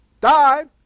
died